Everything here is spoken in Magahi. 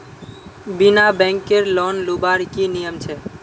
बिना बैंकेर लोन लुबार की नियम छे?